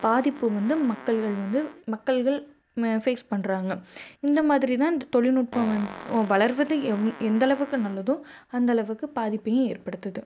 பாதிப்பு வந்து மக்கள்கள் வந்து மக்கள்கள் ஃபேஸ் பண்ணுறாங்க இந்தமாதிரிதான் இந்த தொழில்நுட்பம் வந் வளர்வது எவ் எந்தளவுக்கு நல்லதோ அந்தளவுக்கு பாதிப்பையும் ஏற்படுத்துது